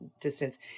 distance